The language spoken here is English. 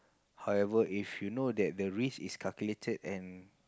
however if you know that the risk is calculated and